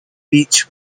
beech